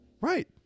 Right